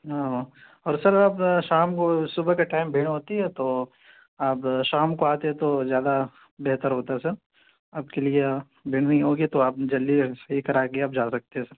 اور سر اب شام کو صبح کے ٹائم بھیڑ ہوتی ہے تو آپ شام کو آتے تو زیادہ بہتر ہوتا سر آپ کے لیے دن میں ہی آؤ گے تو آپ جلدی صحیح کرا کے آپ جا سکتے سر